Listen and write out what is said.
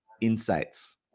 insights